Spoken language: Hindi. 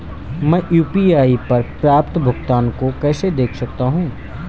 मैं यू.पी.आई पर प्राप्त भुगतान को कैसे देख सकता हूं?